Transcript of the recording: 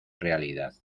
realidad